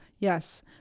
Yes